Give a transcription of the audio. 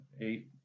eight